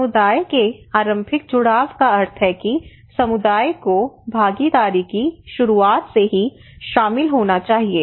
समुदाय के आरंभिक जुड़ाव का अर्थ है कि समुदाय को भागीदारी की शुरुआत से ही शामिल होना चाहिए